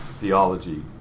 theology